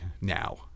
now